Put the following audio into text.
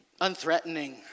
unthreatening